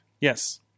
Yes